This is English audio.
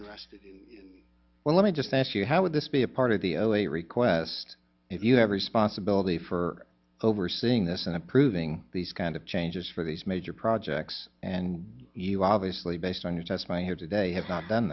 interesting well let me just ask you how would this be a part of the only request if you have responsibility for overseeing this and approving these kind of changes for these major projects and you obviously based on your testimony here today have not done